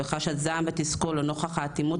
וחשה זעם ותיסכול לנוכח האטימות